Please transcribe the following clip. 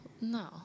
No